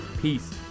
Peace